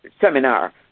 seminar